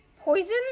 Poison